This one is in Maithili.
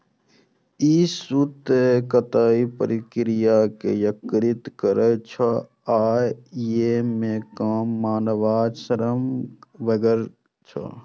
ई सूत कताइक प्रक्रिया कें यत्रीकृत करै छै आ अय मे कम मानव श्रम लागै छै